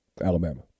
Alabama